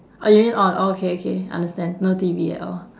oh you mean orh okay okay understand no T_V at all